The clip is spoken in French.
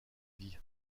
vie